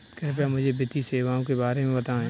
कृपया मुझे वित्तीय सेवाओं के बारे में बताएँ?